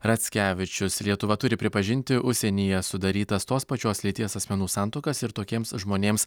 rackevičius lietuva turi pripažinti užsienyje sudarytas tos pačios lyties asmenų santuokas ir tokiems žmonėms